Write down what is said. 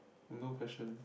no question